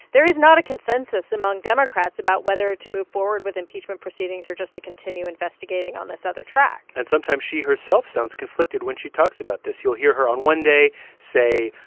there is not a consensus among democrats about whether to move forward with impeachment proceedings or just to continue investigating on this other track and sometimes she herself sounds conflicted when she talks about this. you'll hear her on one day say,